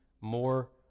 more